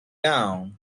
down